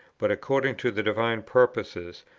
but, according to the divine purposes,